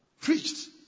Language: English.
preached